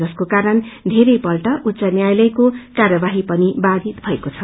जसको कारण बेरैपल्ट उच्च न्यायालयको कार्यवाही पनि बायित भएको छ